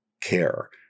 care